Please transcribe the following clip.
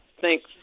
thanks